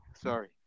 sorry